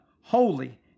holy